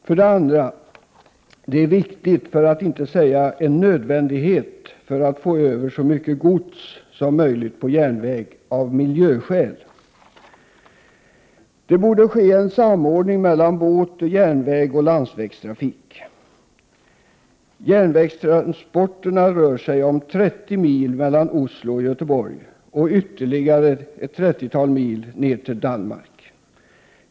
För det andra: Det är viktigt, för att inte säga nödvändigt, att få över så mycket gods som möjligt på järnväg, av miljöskäl. Det borde ske en samordning mellan båt-, järnvägsoch landsvägstrafik. Det rör sig om järnvägstransporter på 30 mil mellan Oslo och Göteborg och ytterligare ett trettiotal mil ner till Danmark.